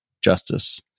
justice